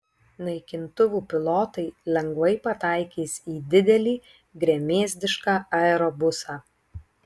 naikintuvų pilotai lengvai pataikys į didelį gremėzdišką aerobusą